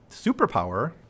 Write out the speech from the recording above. superpower